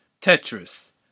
Tetris